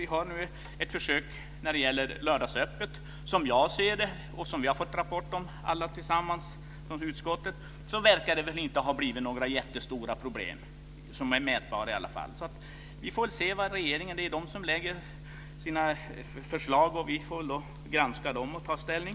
Vi har nu ett försök när det gäller lördagsöppet. Som jag ser det och som vi alla i utskottet har fått rapporter om verkar det inte ha blivit några jättestora problem som är mätbara. Vi får se vad regeringen säger. Det är regeringen som lägger fram förslag. Vi får granska dem och ta ställning.